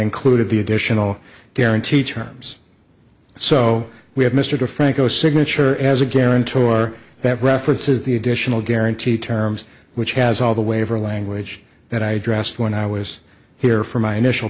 included the additional guarantee terms so we have mr franco signature as a guarantor that references the additional guarantee terms which has all the waiver language that i addressed when i was here for my initial